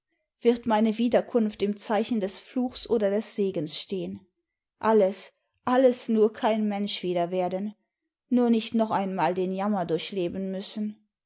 wird meine wiederkunft im zeichen des fluchs oder des segens stehen alles alles nur kein mensch wieder werden nur nicht noch einmal den jammer durchleben müssen